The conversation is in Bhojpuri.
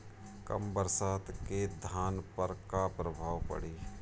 कम बरसात के धान पर का प्रभाव पड़ी?